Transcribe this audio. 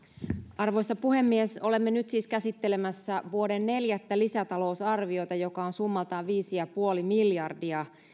arvoisa puhemies olemme nyt siis käsittelemässä vuoden neljättä lisätalousarviota joka on summaltaan viisi pilkku viisi miljardia